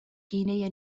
گینه